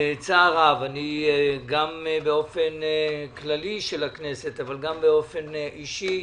צער רב גם של הכנסת וגם באופן אישי,